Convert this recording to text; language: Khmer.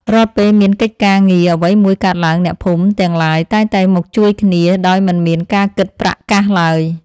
រាល់ពេលមានកិច្ចការងារអ្វីមួយកើតឡើងអ្នកភូមិទាំងឡាយតែងតែមកជួយគ្នាដោយមិនមានការគិតប្រាក់កាសឡើយ។